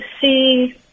see